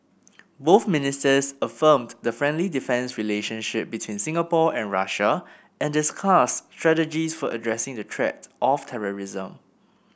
both ministers affirmed the friendly defence relationship between Singapore and Russia and discussed strategies for addressing the threat of terrorism